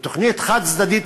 ותוכנית חד-צדדית,